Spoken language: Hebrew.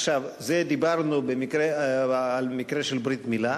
עכשיו דיברנו על מקרה של ברית-מילה,